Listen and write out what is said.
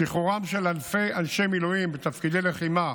שחרורם של אלפי אנשי מילואים בתפקידי לחימה